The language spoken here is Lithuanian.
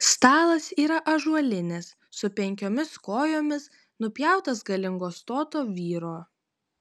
stalas yra ąžuolinis su penkiomis kojomis nupjautas galingo stoto vyro